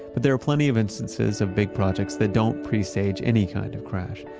but there are plenty of instances of big projects that don't presage any kind of crash.